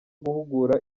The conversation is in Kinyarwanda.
guhugura